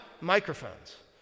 microphones